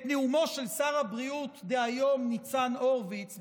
את נאומו של שר הבריאות דהיום ניצן הורוביץ,